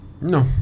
No